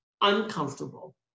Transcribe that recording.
uncomfortable